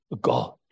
God